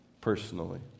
personally